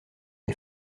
les